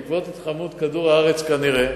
בעקבות התחממות כדור הארץ כנראה,